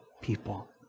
people